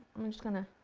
i'm just going to.